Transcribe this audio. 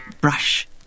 brush